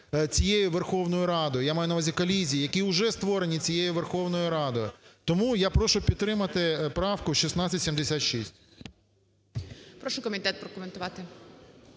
цією Верховною Радою, я маю на увазі колізії, які вже створені цією Верховною Радою. Тому я прошу підтримати правку 1676. ГОЛОВУЮЧИЙ. Прошу комітет прокоментувати.